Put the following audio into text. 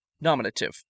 nominative